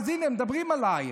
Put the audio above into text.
אז, הינה, מדברים עלייך.